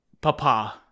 Papa